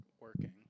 working